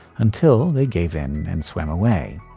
until they gave in and swam away.